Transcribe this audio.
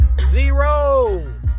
zero